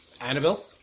Annabelle